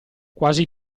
quasi